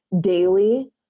daily